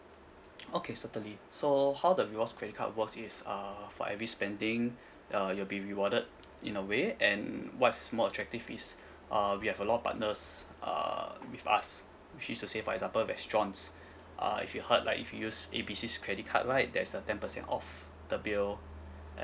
okay certainly so how the rewards credit card work is uh for every spending uh you'll be rewarded in a way and what's more attractive is uh we have a lot partners uh with us which means to say for example restaurants uh if you heard like if you use A B C's credit card right there's a ten percent off the bill